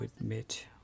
admit